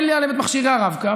אין להן את מכשירי הרב-קו,